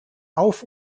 auf